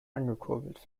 angekurbelt